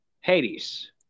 Hades